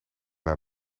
naar